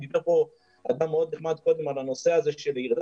דיבר פה אדם מאוד נחמד קודם על הנושא שירידה